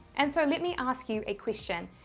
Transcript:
and so let me ask you a question.